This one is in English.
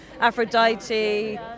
Aphrodite